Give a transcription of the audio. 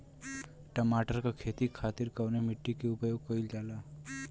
टमाटर क खेती खातिर कवने मिट्टी के उपयोग कइलजाला?